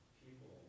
people